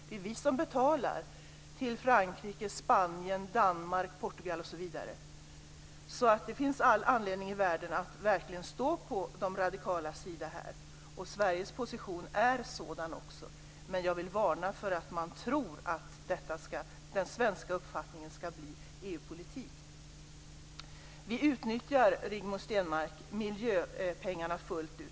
Det är vi som betalar till Frankrike, Spanien, Danmark, Portugal osv. Det finns alltså all anledning i världen att verkligen stå på de radikalas sida här, och det är också Sveriges position. Men jag vill varna för att tro att den svenska uppfattningen ska bli EU Vi utnyttjar, Rigmor Stenmark, miljöpengarna fullt ut.